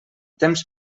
temps